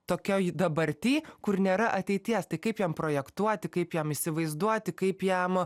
tokioj dabarty kur nėra ateities tai kaip jam projektuoti kaip jam įsivaizduoti kaip jam